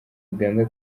uganda